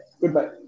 goodbye